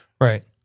right